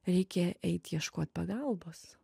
reikia eit ieškot pagalbos